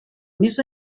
més